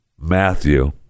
matthew